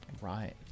Right